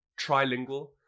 trilingual